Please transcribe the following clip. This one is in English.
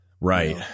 Right